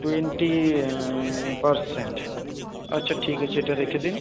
twenty percent আচ্ছা ঠিক আছে এটা রেখে দিন